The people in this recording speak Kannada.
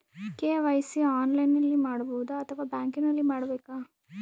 ಕೆ.ವೈ.ಸಿ ಆನ್ಲೈನಲ್ಲಿ ಮಾಡಬಹುದಾ ಅಥವಾ ಬ್ಯಾಂಕಿನಲ್ಲಿ ಮಾಡ್ಬೇಕಾ?